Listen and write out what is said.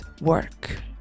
work